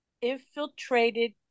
infiltrated